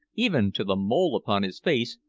even to the mole upon his face,